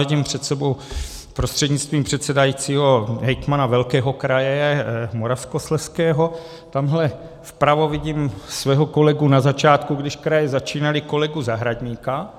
Vidím před sebou prostřednictvím předsedajícího hejtmana velkého kraje Moravskoslezského, tamhle vpravo vidím svého kolegu na začátku, když kraje začínaly, kolegu Zahradníka.